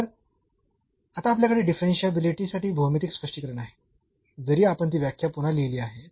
तर आता आपल्याकडे डिफरन्शियाबिलिटी साठी भौमितिक स्पष्टीकरण आहे जरी आपण ती व्याख्या पुन्हा लिहिली आहे